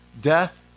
death